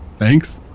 thanks